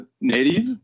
native